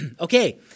Okay